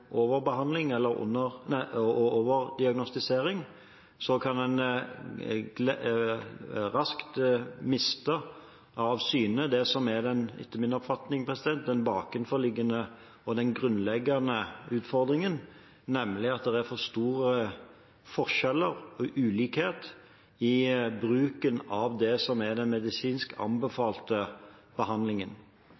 overbehandling og overdiagnostisering, kan man raskt miste av syne det som etter min oppfatning er den bakenforliggende og grunnleggende utfordringen, nemlig at det er for store forskjeller og ulikheter i bruken av det som er den medisinsk